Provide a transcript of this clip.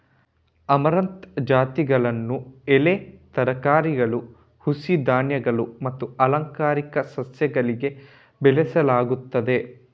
amaranth ಜಾತಿಗಳನ್ನು ಎಲೆ ತರಕಾರಿಗಳು, ಹುಸಿ ಧಾನ್ಯಗಳು ಮತ್ತು ಅಲಂಕಾರಿಕ ಸಸ್ಯಗಳಾಗಿ ಬೆಳೆಸಲಾಗುತ್ತದೆ